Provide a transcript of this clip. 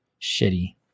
shitty